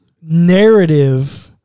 narrative